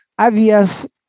IVF